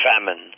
famine